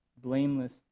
Blameless